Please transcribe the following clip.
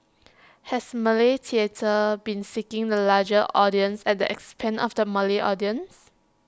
has Malay theatre been seeking the larger audience at the expense of the Malay audience